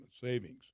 savings